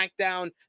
SmackDown